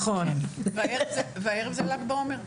והערב זה ל"ג בעומר.